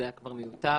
זה היה כבר מיותר.